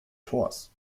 tors